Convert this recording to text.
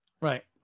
right